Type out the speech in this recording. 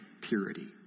purity